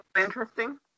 interesting